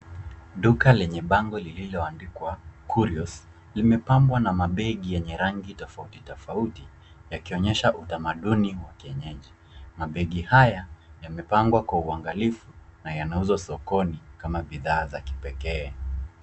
Duka lenye bango lililoandikwa curios limepambwa na mabegi yenye rangi tofauti tofauti yakionyesha utamaduni wa kienyeji. Mabegi haya yamepangwa kwa uangalifu na yanauzwa sokoni kama bidhaa za kipekee.